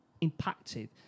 impacted